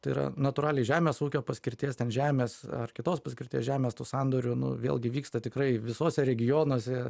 tai yra natūraliai žemės ūkio paskirties ten žemės ar kitos paskirties žemės tų sandorių nu vėlgi vyksta tikrai visuose regionuose